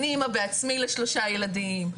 אני אימא בעצמי לשלושה ילדים.